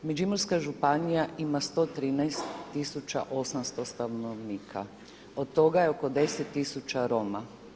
Međimurska županija ima 113800 stanovnika, od toga je oko 10000 Roma.